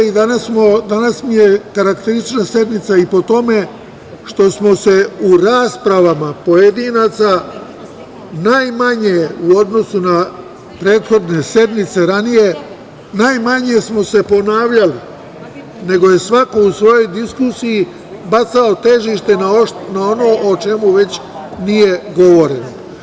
Danas mi je karakteristična sednica i po tome što smo se u raspravama pojedinaca najmanje u odnosu na prethodne sednice ranije ponavljali, nego je svako u svojoj diskusiji bacao težište na ono o čemu već nije govoreno.